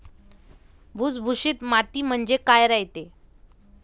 भुसभुशीत माती म्हणजे काय रायते?